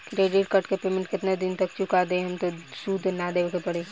Credit card के payment केतना दिन तक चुका देहम त सूद ना देवे के पड़ी?